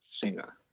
singer